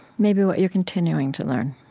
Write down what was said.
maybe what you're continuing to learn